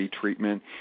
treatment